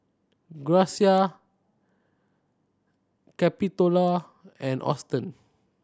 Gracia Capitola and Auston